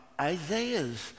Isaiah's